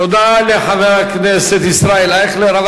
תודה לחבר הכנסת ישראל אייכלר,